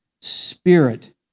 spirit